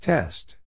Test